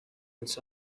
its